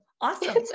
Awesome